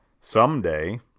Someday